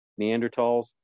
Neanderthals